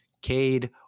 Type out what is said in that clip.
Cade